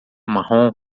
marrom